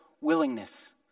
willingness